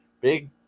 big